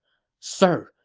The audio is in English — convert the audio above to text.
sir,